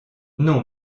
non